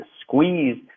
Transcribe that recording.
squeeze